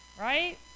right